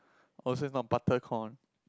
oh so is not butter corn